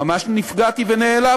ממש, מספיק זמן, נפגעתי ונעלבתי.